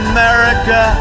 America